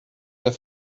der